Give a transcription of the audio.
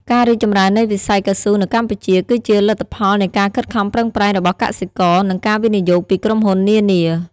ការរីកចម្រើននៃវិស័យកៅស៊ូនៅកម្ពុជា គឺជាលទ្ធផលនៃការខិតខំប្រឹងប្រែងរបស់កសិករ និងការវិនិយោគពីក្រុមហ៊ុននានា។